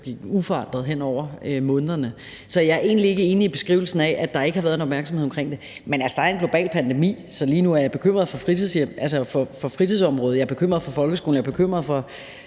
uforandret hen over månederne. Så jeg er egentlig ikke enig i beskrivelsen af, at der ikke har været en opmærksomhed omkring det. Men der er altså en global pandemi, så lige nu er jeg bekymret for fritidsområdet, og jeg er bekymret for folkeskolen, og jeg er bekymret for